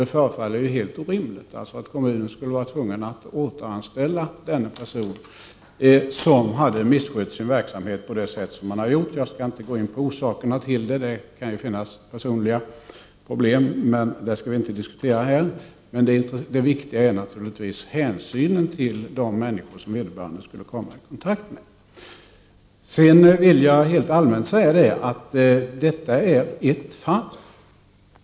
Det förefaller helt orimligt att kommunen skulle vara tvungen att återanställa den person som hade misskött sin verksamhet på det sätt som han hade gjort. Jag skall inte gå in på orsakerna till detta. Det kan finnas personliga problem, men det skall vi inte diskutera här. Det viktiga är naturligtvis hänsynen till de människor som vederbörande skulle komma i kontakt med. Jag vill helt allmänt säga att detta är ett fall.